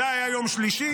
זה היה יום שלישי,